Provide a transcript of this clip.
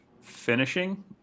finishing